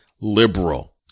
liberal